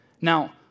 Now